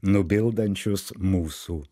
nu pildančius mūsų